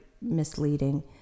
misleading